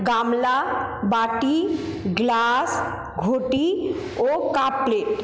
গামলা বাটি গ্লাস ঘটি ও কাপ প্লেট